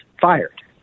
fired